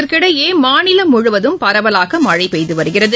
இதற்கிடையே மாநிலம் முழுவதும் பரவலாக மழை பெய்து வருகிறது